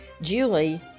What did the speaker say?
Julie